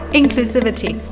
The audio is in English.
inclusivity